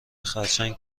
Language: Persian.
خرچنگ